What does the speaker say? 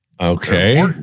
Okay